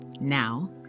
Now